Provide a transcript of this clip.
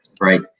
right